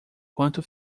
quanto